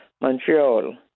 Montreal